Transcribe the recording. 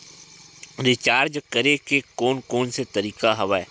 Recharge करे के कोन कोन से तरीका हवय?